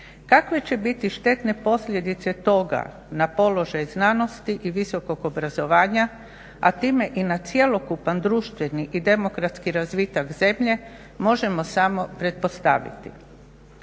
Kakve će biti štetne posljedice toga na položaj znanosti i visokog obrazovanja, a time i na cjelokupan društveni i demokratski razvitak zemlje, možemo samo pretpostaviti.